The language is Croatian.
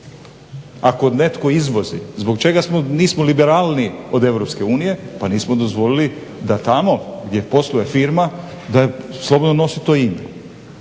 Ako netko izvozi zbog čega nismo liberalniji od EU pa nismo dozvolili da tamo gdje posluje firma da slobodno nosi to ime.